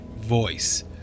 voice